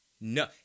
no